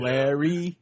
Larry